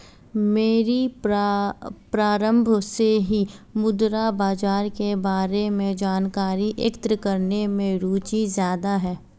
मेरी प्रारम्भ से ही मुद्रा बाजार के बारे में जानकारी एकत्र करने में रुचि ज्यादा है